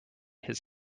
his